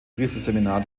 priesterseminar